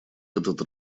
этот